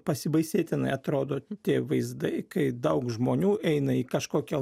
pasibaisėtinai atrodo tie vaizdai kai daug žmonių eina į kažkokią